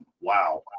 wow